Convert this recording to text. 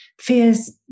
fears